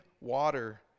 water